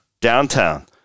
downtown